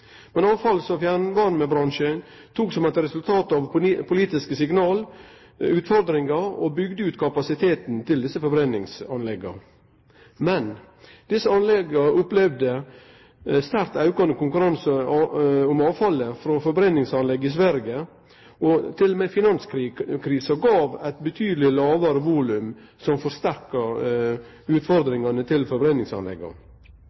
Men avfalls- og fjernvarmebransjen tok, som eit resultat av politiske signal, utfordringa og bygde ut kapasiteten til desse forbrenningsanlegga. Men desse anlegga opplevde sterkt aukande konkurranse om avfallet frå forbrenningsanlegg i Sverige. Til og med finanskrisa gav eit betydeleg lågare volum, som